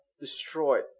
destroyed